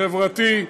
חברתי,